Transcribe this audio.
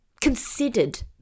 considered